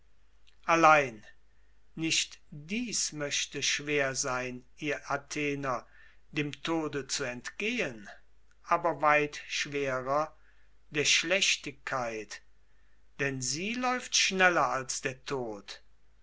allein nicht dies möchte schwer sein ihr athener dem tode zu entgehen aber weit schwerer der schlechtigkeit denn sie läuft schneller als der tod